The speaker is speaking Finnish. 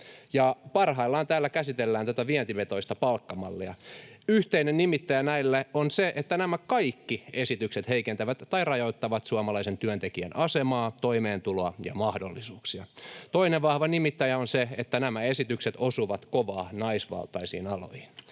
parhaillaan täällä käsitellään tätä vientivetoista palkkamallia. Yhteinen nimittäjä näille on se, että nämä kaikki esitykset heikentävät tai rajoittavat suomalaisen työntekijän asemaa, toimeentuloa ja mahdollisuuksia. Toinen vahva nimittäjä on se, että nämä esitykset osuvat kovaa naisvaltaisiin aloihin.